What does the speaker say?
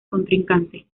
contrincante